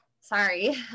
Sorry